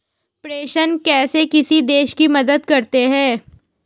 प्रेषण कैसे किसी देश की मदद करते हैं?